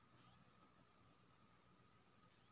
प्रधानमंत्री मुद्रा योजना कि छिए?